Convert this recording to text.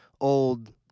old